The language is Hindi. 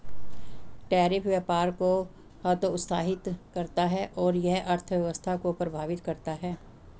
टैरिफ व्यापार को हतोत्साहित करता है और यह अर्थव्यवस्था को प्रभावित करता है